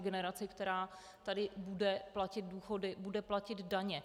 Generaci, která tady bude platit důchody, bude platit daně.